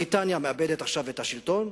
בריטניה מאבדת עכשיו את השלטון,